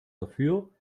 dafür